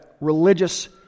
religious